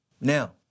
now